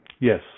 Yes